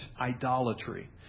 idolatry